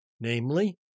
namely